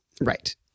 Right